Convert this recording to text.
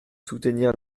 soutenir